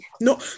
no